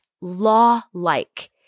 law-like